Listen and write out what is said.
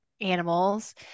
animals